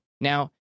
Now